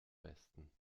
besten